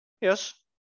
yes